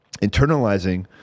internalizing